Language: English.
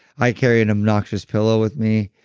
i carry an obnoxious pillow with me.